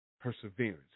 perseverance